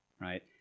Right